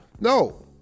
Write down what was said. No